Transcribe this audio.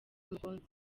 mukunzi